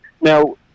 Now